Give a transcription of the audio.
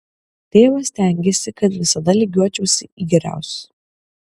tėvas stengėsi kad visada lygiuočiausi į geriausius